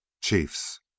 chiefs